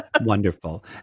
Wonderful